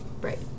Right